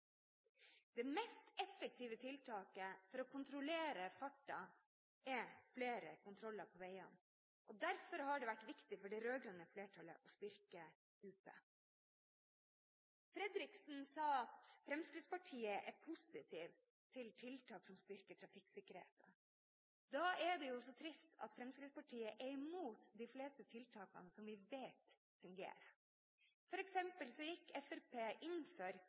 Det mest effektive tiltaket for å kontrollere farten er flere kontroller på veiene. Derfor har det vært viktig for det rød-grønne flertallet å styrke UP. Fredriksen sa at Fremskrittspartiet er positiv til tiltak som styrker trafikksikkerheten. Da er det så trist at Fremskrittspartiet er imot de fleste tiltakene som vi vet fungerer. For eksempel gikk Fremskrittspartiet i sin 100-dagers plan inn for